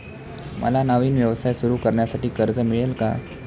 मला नवीन व्यवसाय सुरू करण्यासाठी कर्ज मिळेल का?